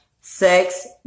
sex